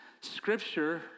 Scripture